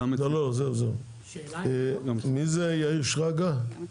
יאיר שרגא,